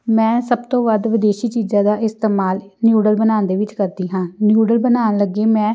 ਮੈਂ ਸਭ ਤੋਂ ਵੱਧ ਵਿਦੇਸ਼ੀ ਚੀਜ਼ਾਂ ਦਾ ਇਸਤੇਮਾਲ ਨਿਊਡਲ ਬਣਾਉਣ ਦੇ ਵਿੱਚ ਕਰਦੀ ਹਾਂ ਨਿਊਡਲ ਬਣਾਉਣ ਲੱਗੇ ਮੈਂ